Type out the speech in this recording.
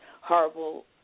horrible